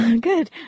Good